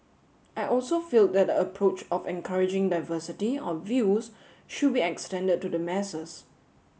I also feel that the approach of encouraging diversity of views should be extended to the masses